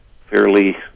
fairly